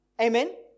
Amen